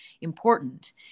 important